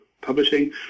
publishing